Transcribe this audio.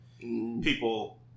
People